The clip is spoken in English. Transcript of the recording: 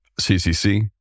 CCC